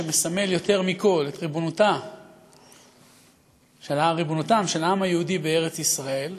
שמסמל יותר מכול את ריבונותו של העם היהודי בארץ-ישראל,